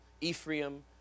Ephraim